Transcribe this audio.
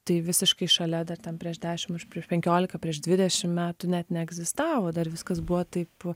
tai visiškai šalia dar ten prieš dešimt prieš penkiolika prieš dvidešimt metų net neegzistavo dar viskas buvo taip